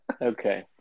Okay